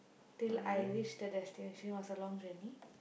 till I reach the destination was a long journey